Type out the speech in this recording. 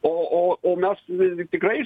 o o o mes visgi tikrai